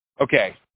Okay